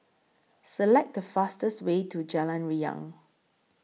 Select The fastest Way to Jalan Riang